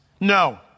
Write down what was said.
No